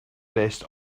list